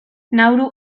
nauru